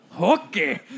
Okay